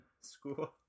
school